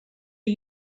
are